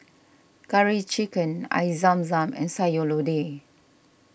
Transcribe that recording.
Curry Chicken Air Zam Zam and Sayur Lodeh